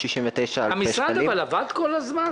המשרד עבד כל הזמן?